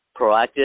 proactive